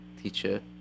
teacher